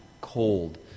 cold